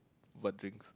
what drink